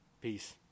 Peace